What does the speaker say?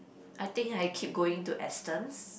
I think I keep going to Aston's